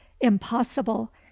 impossible